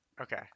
Okay